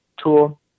tool